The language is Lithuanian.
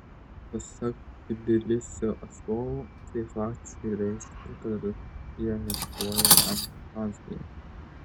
pasak tbilisio atstovų tai faktiškai reiškia kad rusija aneksuoja abchaziją